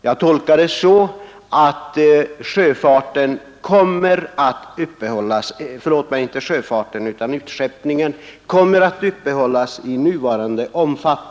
Jag tolkar det så att utskeppningen kommer att IE Men jag vill ta in en annan aspekt i detta sammanhang.